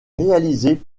réalisées